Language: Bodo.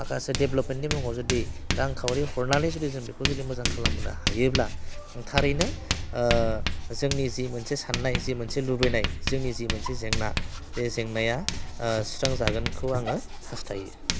माखासे डेबलाभमेन्टनि मुङाव जुदि रांखाउरि हरनानै जुदि जों बेखौ जुदि मोजां खालामनो हायोब्ला थारैनो जोंनि जि मोनसे सान्नाय जि मोनसे लुबैनाय जोंनि जि मोनसे जेंना बे जेंनाया ओह सुस्रांजागोनखौ आङो हास्थायो